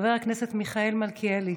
חבר הכנסת מיכאל מלכיאלי,